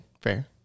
fair